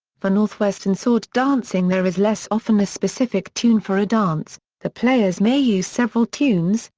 for northwest and sword dancing there is less often a specific tune for a dance the players may use several tunes,